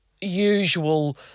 usual